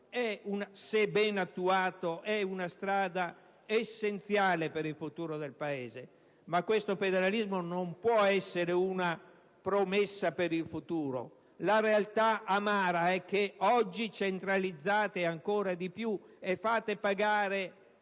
se ben attuato, è una strada essenziale per il futuro del Paese. Questo federalismo, però, non può essere una promessa per il futuro. La realtà amara è che oggi centralizzate ancora di più e fate pagare